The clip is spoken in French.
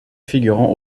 figurant